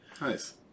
Nice